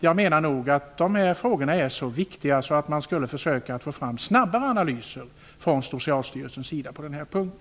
Jag menar att dessa frågor är så viktiga att man skall försöka få fram snabba analyser från Socialstyrelsens sida på den punkten.